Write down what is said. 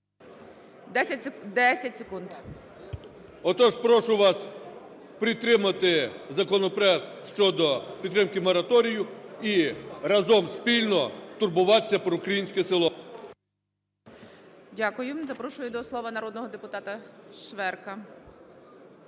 БАРНА О.С. Отож, прошу вас підтримати законопроект щодо підтримки мораторію і разом спільно турбуватися про українське село. ГОЛОВУЮЧИЙ. Дякую. Запрошую до слова народного депутата Шверка.